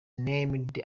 named